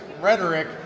rhetoric